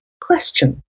question